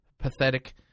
Pathetic